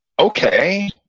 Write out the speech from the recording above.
Okay